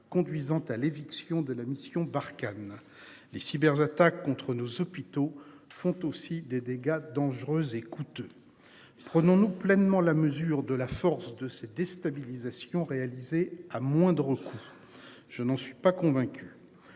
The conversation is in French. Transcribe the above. conduisant à l'éviction de la mission Barkhane. Les cyber attaques contre nos hôpitaux font aussi des dégâts dangereux et coûteux. Prenons-nous pleinement la mesure de la force de ces déstabilisation réalisé à moins de recours. Je n'en suis pas convaincu.